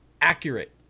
accurate